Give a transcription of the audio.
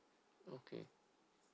okay